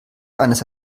eines